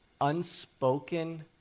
unspoken